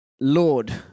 Lord